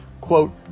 quote